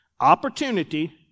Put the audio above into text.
Opportunity